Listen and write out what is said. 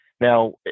Now